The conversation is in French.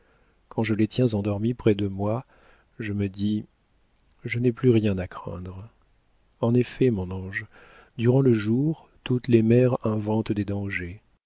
quand je les tiens endormis près de moi je me dis je n'ai plus rien à craindre en effet mon ange durant le jour toutes les mères inventent des dangers